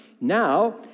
Now